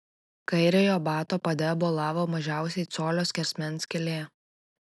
kairiojo bato pade bolavo mažiausiai colio skersmens skylė